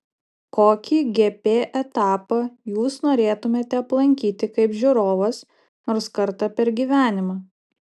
kokį gp etapą jūs norėtumėte aplankyti kaip žiūrovas nors kartą per gyvenimą